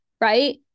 Right